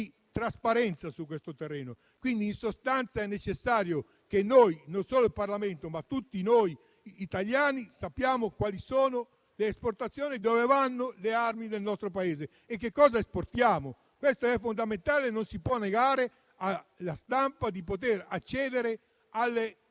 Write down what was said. trasparenza su questo terreno. In sostanza, è necessario che noi, non solo il Parlamento, ma tutti noi italiani, sappiamo quali sono le esportazioni di armi, dove vanno le armi del nostro Paese e che cosa esportiamo. Questo è fondamentale. Non si può negare alla stampa la possibilità di accedere alle